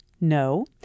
No